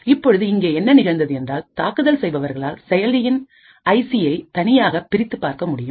இப்பொழுது இங்கே என்ன நிகழ்ந்தது என்றால் தாக்குதல் செய்பவர்களால் செயலியின் ஐ சிஐ தனித்தனியாக பிரித்து பார்க்க முடியும்